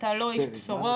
אתה לא איש בשורות.